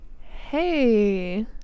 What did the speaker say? Hey